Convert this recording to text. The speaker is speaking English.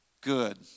Good